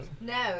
No